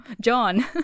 john